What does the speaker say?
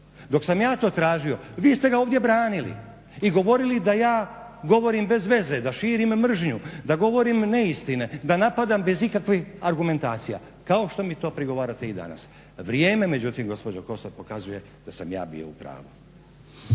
Dok sam ja to tražio vi ste ga ovdje branili i govorili da ja govorim bez veze, da širim mržnju, da govorim neistine, da napadam bez ikakvih argumentacija kao što mi to prigovarate i danas. Vrijeme međutim gospođo Kosor pokazuje da sam ja bio u pravu.